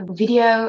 video